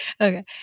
Okay